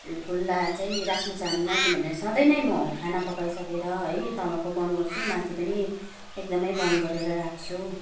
खुला चाहिँ राख्नु चाहँदिन किनभने सधैँ नै म खाना पकाइसकेर है तलको बन्द गर्छु माथि पनि एकदमै बन्द गरेर राख्छु